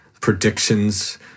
predictions